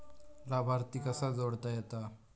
लाभार्थी कसा जोडता येता?